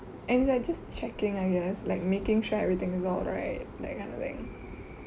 and it's like just checking I guess like making sure everything is alright that kind of thing